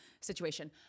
situation